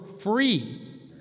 free